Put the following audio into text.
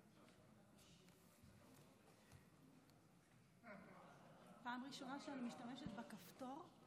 גבירותיי ורבותיי,